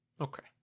okay